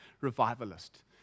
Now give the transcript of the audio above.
revivalist